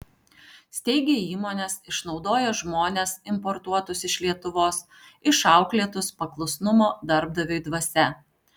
steigia įmones išnaudoja žmones importuotus iš lietuvos išauklėtus paklusnumo darbdaviui dvasia